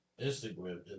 Instagram